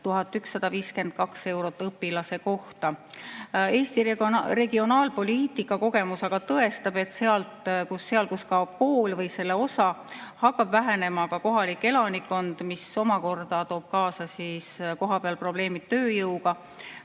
1152 eurot õpilase kohta. Eesti regionaalpoliitika kogemus aga tõestab, et seal, kus kaob kool või selle osa, hakkab vähenema ka kohalik elanikkond, mis omakorda toob kaasa kohapeal probleemid tööjõuga,